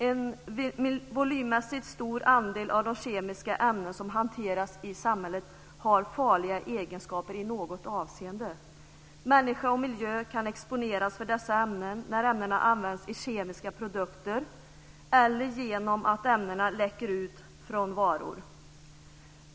En volymmässigt stor andel av de kemiska ämnen som hanteras i samhället har farliga egenskaper i något avseende. Människa och miljö kan exponeras för dessa ämnen när ämnena används i kemiska produkter eller genom att ämnena läcker ut från varor.